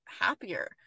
happier